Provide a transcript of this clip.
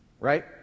Right